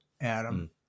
Adam